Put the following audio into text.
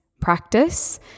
practice